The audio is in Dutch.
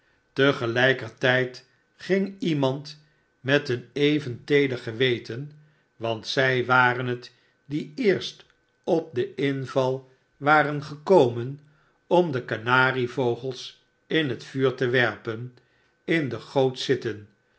te gelijker tijd ging iemand met een even teeder geweten want zij waren het die eerst op den inval waren gekomen om de kanarievogels in het vuur te werpen in de goot zitten